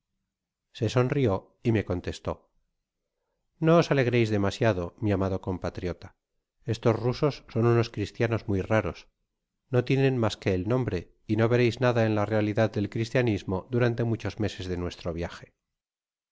se sonrió y me contestó no os alegreis demasiado mi amado compatriota estos rusos son unos cristianos muy raros no tieneo mas que el nombre y no vereis nada en la realidad del cristianismo durante machos meses de nuestro viaje